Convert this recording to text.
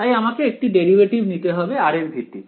তাই আমাকে একটি ডেরিভেটিভ নিতে হবে r এর ভিত্তিতে